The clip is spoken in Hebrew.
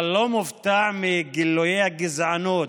אבל לא מופתע מגילויי הגזענות,